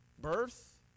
birth